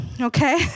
Okay